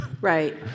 Right